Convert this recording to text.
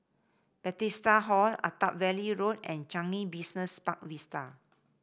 Bethesda Hall Attap Valley Road and Changi Business Park Vista